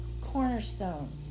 cornerstone